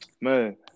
man